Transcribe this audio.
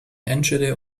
enschede